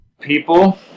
people